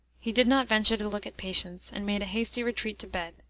he did not venture to look at patience, and made a hasty retreat to bed,